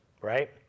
right